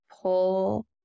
pull